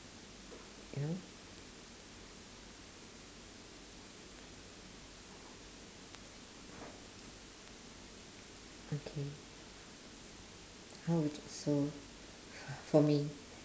you know okay how would for me